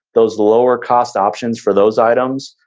those lower cost options for those items,